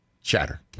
chatter